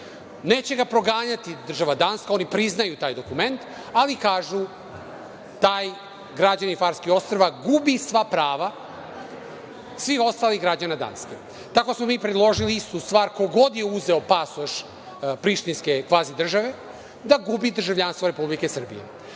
neće ga proganjati država Danska. Oni priznaju taj dokument, ali kažu – taj građanin Farskih Ostrva gubi sva prava svih ostalih građana Danske. Tako smo mi predložili istu stvar, ko god je uzeo pasoš prištinske kvazi države da gubi državljanstvo Republike Srbije,